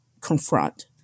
confront